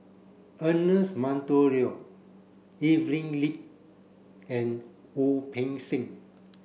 Ernest Monteiro Evelyn Lip and Wu Peng Seng